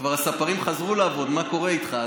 הספרים כבר חזרו לעבוד, מה קורה איתך?